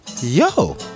Yo